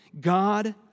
God